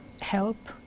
help